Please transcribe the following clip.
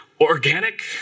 organic